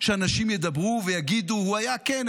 שאנשים ידברו ויגידו: הוא היה כן,